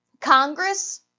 Congress